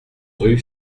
rue